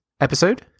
episode